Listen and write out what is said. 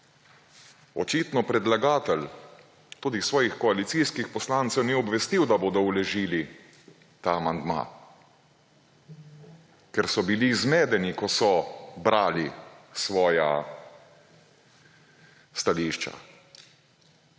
Očitno predlagatelj tudi svojih koalicijskih poslancev ni obvestil, da bodo vložili ta amandma, ker so bili zmedeni, ko so brali svoja stališča.